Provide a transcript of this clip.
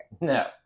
No